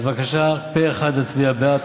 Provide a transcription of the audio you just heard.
אז בבקשה, פה אחד להצביע בעד.